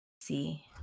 see